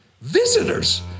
Visitors